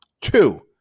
two